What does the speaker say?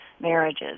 Marriages